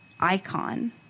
icon